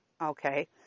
okay